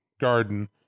garden